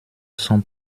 sont